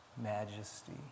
majesty